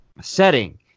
setting